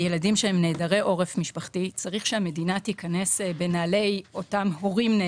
צריך שהמדינה תיכנס בנעלי ההורים של